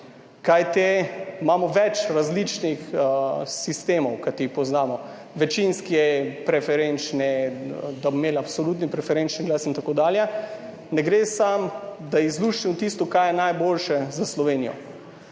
kajti imamo več različnih sistemov, kot jih poznamo, večinski, preferenčni, da bo imela absolutni preferenčni glas in tako dalje. Ne gre samo, da izluščimo tisto, kar je najboljše za Slovenijo.